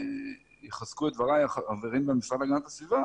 ויחזקו את דבריי החברים במשרד להגנת הסביבה